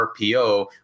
RPO